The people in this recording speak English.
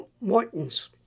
Morton's